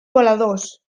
voladors